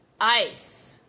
Ice